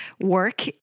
work